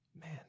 man